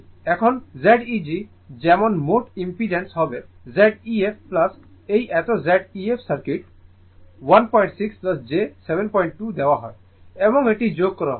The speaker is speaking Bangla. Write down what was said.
সুতরাং আমরা এত পেয়েছি এখন Z eg যেমন মোট ইমপিড্যান্স হবে Z ef এই এত Z ef সার্কিট 16 j 72 দেওয়া হয় এবং এটি যোগ করা হয়